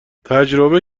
تجربه